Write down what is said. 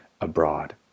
abroad